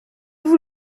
vous